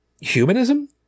humanism